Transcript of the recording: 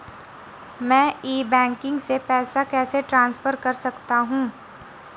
मैं e banking से पैसे कैसे ट्रांसफर कर सकता हूं?